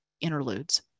interludes